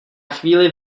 chvíli